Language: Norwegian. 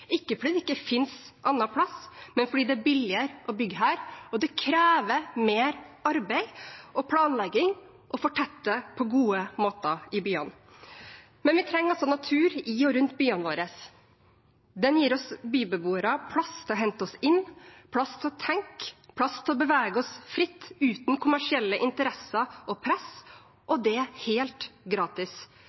ikke fordi det ikke finnes plass et annet sted, men fordi det er billigere å bygge her, og fordi det krever mer arbeid og planlegging å fortette på gode måter i byene. Vi trenger natur i og rundt byene våre. Den gir oss byboere plass til å hente oss inn, plass til å tenke, plass til å bevege oss fritt uten kommersielle interesser og press – og det er helt gratis.